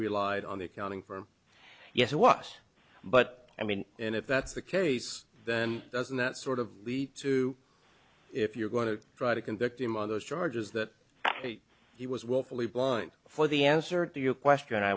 relied on the accounting firm yes it was but i mean and if that's the case then doesn't that sort of lead to if you're going to try to convict him on those charges that he was willfully blind for the answer to your question i